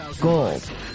gold